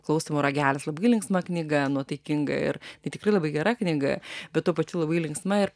klausymo ragelis labai linksma knyga nuotaikinga ir tai tikrai labai gera knyga bet tuo pačiu labai linksma ir